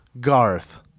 Garth